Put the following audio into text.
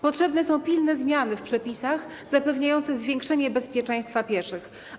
Potrzebne są pilne zmiany w przepisach zapewniające zwiększenie bezpieczeństwa pieszych.